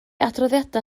adroddiadau